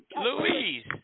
Louise